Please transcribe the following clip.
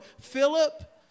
Philip